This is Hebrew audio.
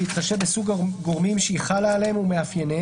בהתחשב בסוג הגורמים שהיא חלה עליהם ומאפייניהם,